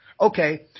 Okay